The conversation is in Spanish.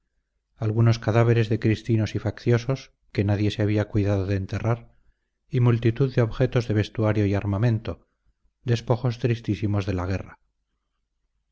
algunos cadáveres de cristinos y facciosos que nadie se había cuidado de enterrar y multitud de objetos de vestuario y armamento despojos tristísimos de la guerra